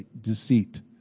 deceit